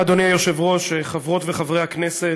אדוני היושב-ראש, תודה לך, חברות וחברי הכנסת,